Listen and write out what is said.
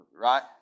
Right